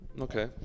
Okay